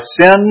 sin